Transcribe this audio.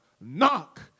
Knock